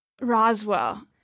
Roswell